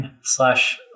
slash